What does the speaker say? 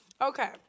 Okay